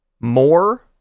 more